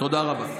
תודה רבה.